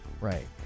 right